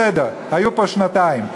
בסדר, היו פה שנתיים.